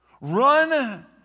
Run